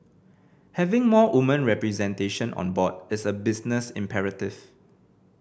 having more woman representation on board is a business imperative